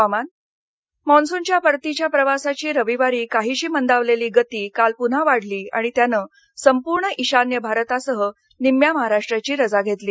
हवामान् मॉन्सूनच्या परतीच्या प्रवासाची रवीवारी काहीशी मंदावलेली गती काल पून्हा वाढली आणि त्यानं संपूर्ण ईशान्य भारतासह निम्म्या महाराष्ट्राची रजा घेतली